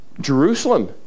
Jerusalem